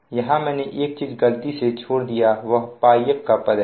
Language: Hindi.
यहां मैंने एक चीज गलती से छोड़ दिया है वह πf का पद है